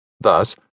Thus